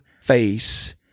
face